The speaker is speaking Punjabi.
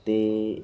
ਅਤੇ